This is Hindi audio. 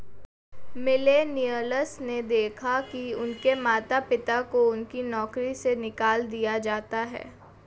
मिलेनियल्स ने देखा है कि उनके माता पिता को उनकी नौकरी से निकाल दिया जाता है